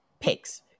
pigs